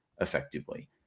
effectively